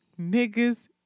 niggas